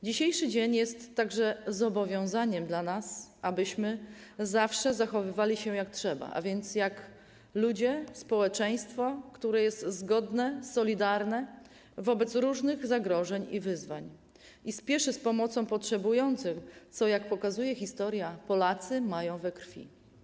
Dzisiejszy dzień jest także zobowiązaniem dla nas, abyśmy zawsze zachowywali się jak trzeba, a więc jak ludzie tworzący społeczeństwo, które jest zgodne, solidarne w obliczu różnych zagrożeń oraz wyzwań i które spieszy z pomocą potrzebującym, co, jak pokazuje historia, Polacy mają we krwi.